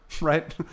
right